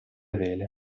vele